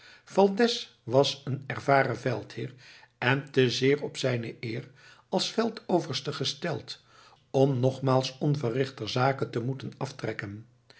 valdez was een te ervaren veldheer en te zeer op zijne eer als veldoverste gesteld om nogmaals onverrichter zake te moeten aftrekken